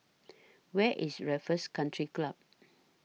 Where IS Raffles Country Club